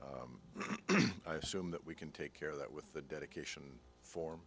i assume that we can take care of that with the dedication for